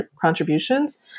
contributions